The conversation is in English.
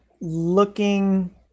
looking